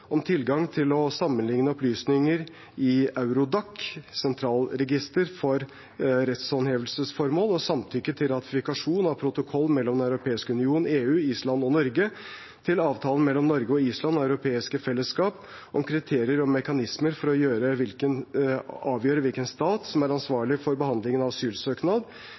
Protokoll mellom Den europeiske union , Island og Norge til Avtalen mellom Norge og Island og Det europeiske fellesskap om kriterier og mekanismer for å avgjøre hvilken stat som er ansvarlig for behandlingen av en asylsøknad